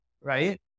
right